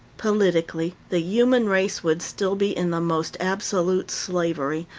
politically the human race would still be in the most absolute slavery,